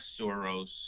Soros